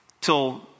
till